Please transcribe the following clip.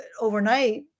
overnight